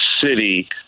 city